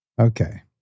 Okay